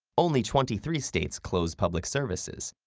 only twenty three states close public services,